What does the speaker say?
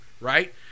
Right